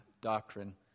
doctrine